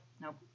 Nope